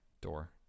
door